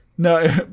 No